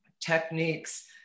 techniques